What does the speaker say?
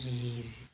अनि